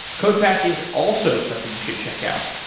codepath is also something you should check out.